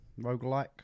Roguelike